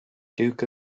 duke